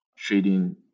Trading